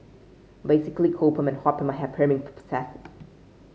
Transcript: basically cold perm and hot perm hair perming processes